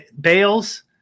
Bales